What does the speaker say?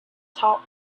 top